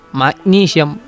magnesium